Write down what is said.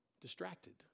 Distracted